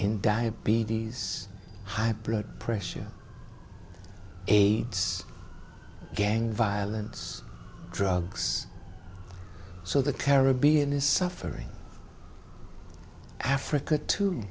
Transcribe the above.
in diabetes high blood pressure aids gang violence drugs so the caribbean is suffering africa too